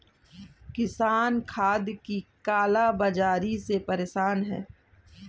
किसान खाद की काला बाज़ारी से परेशान है